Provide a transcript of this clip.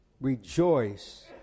rejoice